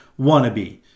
wannabe